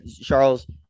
charles